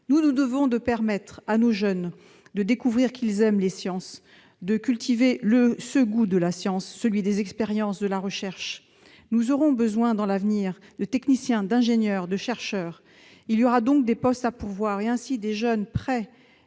Nous nous devons de permettre à nos jeunes de découvrir qu'ils aiment les sciences, de cultiver le goût de la science, celui des expériences et de la recherche. Nous aurons besoin à l'avenir de techniciens, d'ingénieurs, de chercheurs. Il y aura donc des postes à pourvoir pour les jeunes ayant